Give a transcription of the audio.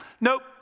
Nope